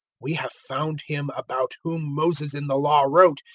we have found him about whom moses in the law wrote,